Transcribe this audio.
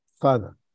Father